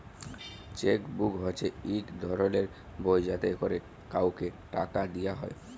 cheque book হছে ইক ধরলের বই যাতে ক্যরে কাউকে টাকা দিয়া হ্যয়